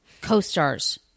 Co-stars